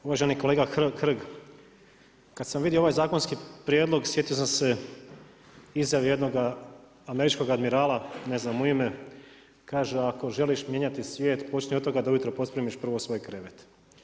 Uvaženi kolega Hrg, kada sam vidio ovaj zakonski prijedlog sjetio sam se izjave jednoga američkog admirala ne znam u ime kaže ako želiš mijenjati svijet počni od toga da ujutro pospremiš prvo svoj krevet.